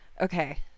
Okay